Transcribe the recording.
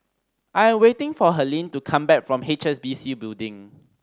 I am waiting for Helene to come back from H S B C Building